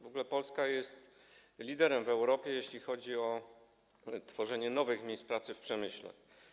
W ogóle Polska jest liderem w Europie, jeśli chodzi o tworzenie nowych miejsc pracy w przemyśle.